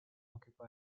occupy